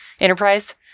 Enterprise